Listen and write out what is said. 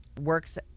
works